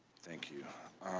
thank you.